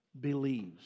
believes